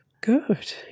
good